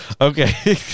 Okay